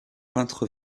peintre